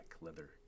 leather